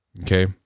Okay